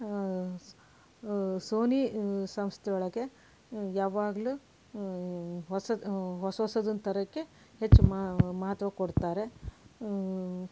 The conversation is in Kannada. ಸೋನಿ ಸಂಸ್ಥೆ ಒಳಗೆ ಯಾವಾಗಲೂ ಹೊಸಹೊಸದನ್ನು ತರೋಕ್ಕೆ ಹೆಚ್ಚು ಮಹತ್ವ ಕೊಡ್ತಾರೆ